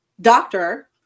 doctor